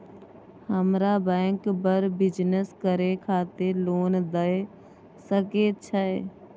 हमरा बैंक बर बिजनेस करे खातिर लोन दय सके छै?